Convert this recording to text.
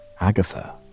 Agatha